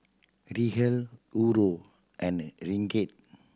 Riel Euro and Ringgit